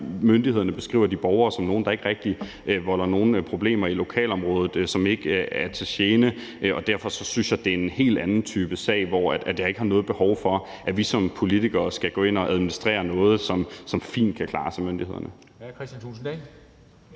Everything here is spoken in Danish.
Myndighederne beskriver de borgere som nogle, der ikke rigtig volder nogen problemer i lokalområdet, og som ikke er til gene, og derfor synes jeg, det er en helt anden type sag, hvor jeg ikke har noget behov for, at vi som politikere skal gå ind at administrere noget, som fint kan klares